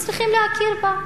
צריכים להכיר בו,